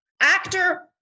actor